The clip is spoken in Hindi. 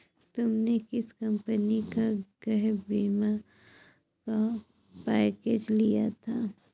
तुमने किस कंपनी का गृह बीमा का पैकेज लिया था?